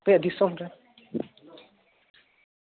ᱟᱯᱮᱭᱟᱜ ᱫᱤᱥᱚᱢ ᱨᱮ